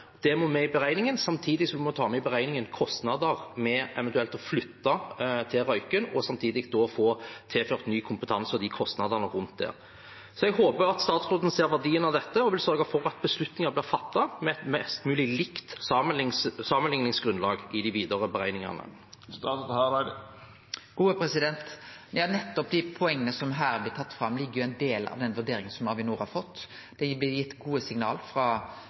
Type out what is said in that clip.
Det må med i beregningen, samtidig som en må ta med i beregningen kostnader med eventuelt å flytte til Røyken og samtidig få tilført ny kompetanse, og kostnadene rundt det. Jeg håper at statsråden ser verdien av dette og vil sørge for at beslutningen blir fattet med et mest mulig likt sammenligningsgrunnlag i de videre beregningene. Ja, nettopp dei poenga som her blir tatt fram, er jo ein del av den vurderinga som Avinor har fått. Det blir gitt gode signal